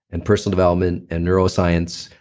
and personal development, and neuroscience.